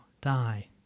die